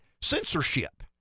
censorship